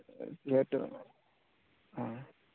সেইটো অ